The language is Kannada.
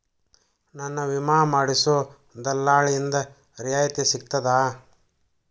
ನನ್ನ ವಿಮಾ ಮಾಡಿಸೊ ದಲ್ಲಾಳಿಂದ ರಿಯಾಯಿತಿ ಸಿಗ್ತದಾ?